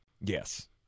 Yes